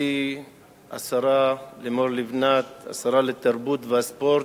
חברתי השרה לימור לבנת, השרה לתרבות וספורט,